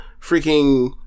freaking